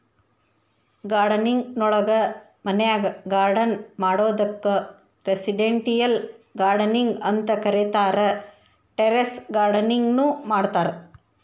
gardening ನೊಳಗ ಮನ್ಯಾಗ್ garden ಮಾಡೋದಕ್ಕ್ ರೆಸಿಡೆಂಟಿಯಲ್ ಗಾರ್ಡನಿಂಗ್ ಅಂತ ಕರೇತಾರ, ಟೆರೇಸ್ ಗಾರ್ಡನಿಂಗ್ ನು ಮಾಡ್ತಾರ